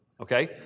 Okay